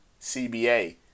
CBA